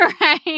Right